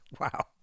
Wow